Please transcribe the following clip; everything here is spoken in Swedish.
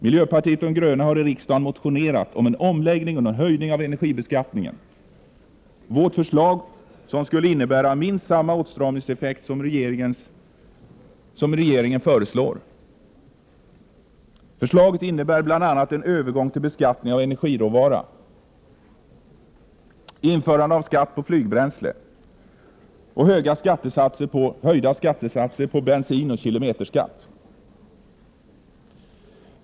Miljöpartiet de gröna har i riksdagen motionerat om en omläggning och höjning av energibeskattningen. Vårt förslag skulle innebära minst samma åtstramningseffekt som regeringen föreslår. Förslaget innebär bl.a. en övergång till beskattning av energiråvara, införande av skatt på flygbränsle, höjda skattesatser på bensin och höjd kilometerskatt.